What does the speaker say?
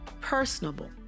personable